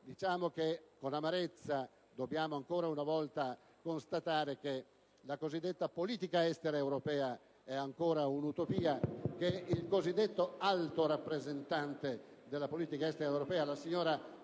quindi con amarezza che dobbiamo ancora una volta constatare che la cosiddetta politica estera europea è un'utopia e che il cosiddetto Alto rappresentante della politica estera europea, la signora Ashton,